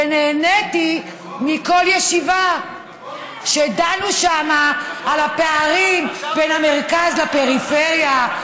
ונהניתי מכל ישיבה כשדנו שם על הפערים בין המרכז לפריפריה.